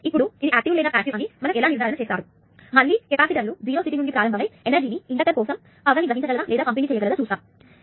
ఇప్పుడు అది యాక్టివ్ లేదా ప్యాసివ్ అని మనం ఎలా నిర్ధారణ చేస్తారు మళ్ళీ కెపాసిటర్లు 0 స్థితి నుండి ప్రారంభమయ్యి ఎనర్జీ ని ఇండక్టర్ కోసం అది పవర్ ని గ్రహించగలదా లేదా పంపిణీ చేయగలదా చూస్తాము